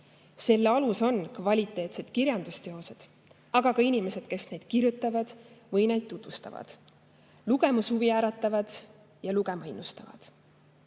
Selle alus on kvaliteetsed kirjandusteosed, aga ka inimesed, kes neid kirjutavad või neid tutvustavad, lugemishuvi äratavad ja lugema innustavad.